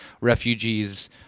refugees